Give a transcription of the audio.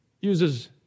uses